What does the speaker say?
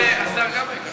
השר גבאי כאן.